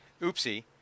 Oopsie